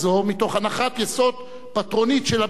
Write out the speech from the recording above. מתוך הנחת יסוד פטרונית של הבריטים.